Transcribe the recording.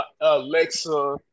Alexa